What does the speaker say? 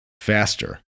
faster